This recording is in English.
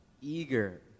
eager